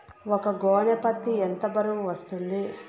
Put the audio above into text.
ఒక గోనె పత్తి ఎంత బరువు వస్తుంది?